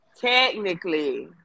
Technically